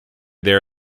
there